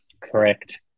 Correct